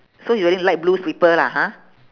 so he wearing light blue slipper lah ha